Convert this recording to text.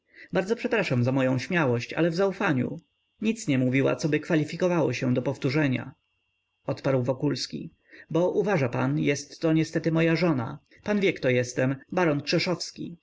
bardzo przepraszam za moję śmiałość ale w zaufaniu nic nie mówiła coby kwalifikowało się do powtórzenia odparł wokulski bo uważa pan jestto niestety moja żona pan wie kto jestem baron